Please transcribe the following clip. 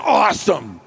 awesome